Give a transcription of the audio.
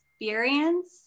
experience